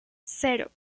cero